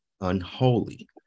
unholy